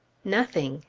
nothing!